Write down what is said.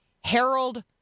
Harold